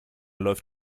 läuft